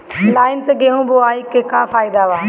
Line से गेहूं बोआई के का फायदा बा?